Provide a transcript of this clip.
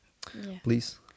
please